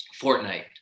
Fortnite